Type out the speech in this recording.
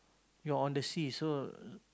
you're on the sea so